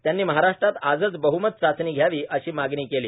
त्यांनी महाराष्ट्रात आजच बहमत चाचणी घ्यावी अशी मागणी केली